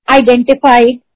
identified